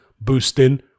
boosting